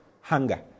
hunger